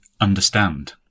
understand